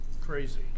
crazy